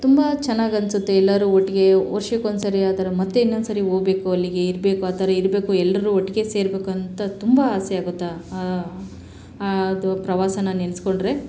ತುಂಬ ಚೆನ್ನಾಗನ್ಸುತ್ತೆ ಎಲ್ಲರೂ ಒಟ್ಟಿಗೇ ವರ್ಷಕ್ಕೊಂದ್ಸಾರಿ ಆ ಥರ ಮತ್ತೆ ಇನ್ನೊಂದ್ಸಾರಿ ಹೋಗ್ಬೇಕು ಅಲ್ಲಿಗೆ ಇರಬೇಕು ಆ ಥರ ಇರಬೇಕು ಎಲ್ಲರೂ ಒಟ್ಟಗೆ ಸೇರ್ಬೇಕು ಅಂತ ತುಂಬ ಆಸೆ ಆಗುತ್ತೆ ಆ ಆ ಅದು ಪ್ರವಾಸಾನ ನೆನೆಸ್ಕೊಂಡ್ರೆ